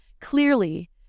clearly